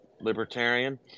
libertarian